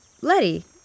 Letty